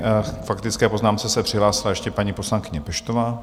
K faktické poznámce se přihlásila ještě paní poslankyně Peštová.